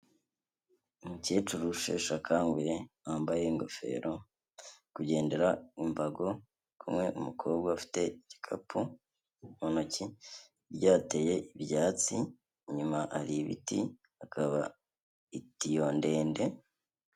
Umukecuru usheshe akanguhe wambaye ingofero kugendera mu mbago, kumwe n'umukobwa ufite igikapu mu ntoki, hirya hateye ibyatsi inyuma hari ibiti, hakaba itiyo ndende.